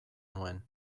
nuen